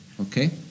Okay